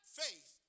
faith